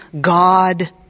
God